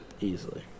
Easily